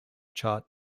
chart